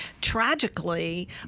tragically